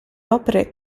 opere